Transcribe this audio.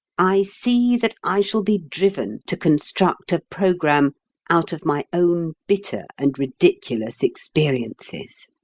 i see that i shall be driven to construct a programme out of my own bitter and ridiculous experiences.